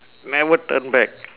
never turn back